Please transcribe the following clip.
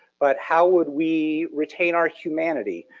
but how would we retain our humanity,